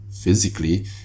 physically